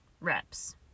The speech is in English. reps